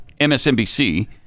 MSNBC